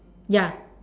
ya